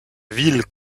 ville